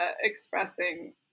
expressing